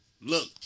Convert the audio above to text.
Look